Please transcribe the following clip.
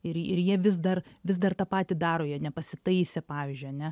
ir ir jie vis dar vis dar tą patį daro jie nepasitaisė pavyzdžiui ane